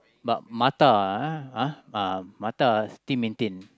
but Mattar uh eh Mattar still maintain